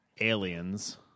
Aliens